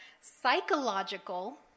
Psychological